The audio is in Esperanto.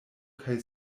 kaj